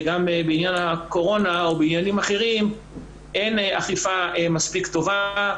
גם בעניין הקורונה ובעניינים אחרים אין אכיפה מספיק טובה,